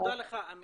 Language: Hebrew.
תודה לך, אמין.